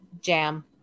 Jam